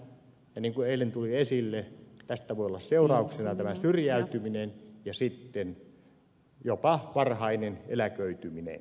niin kuin eilen tuli esille tästä voi olla seurauksena syrjäytyminen ja sitten jopa varhainen eläköityminen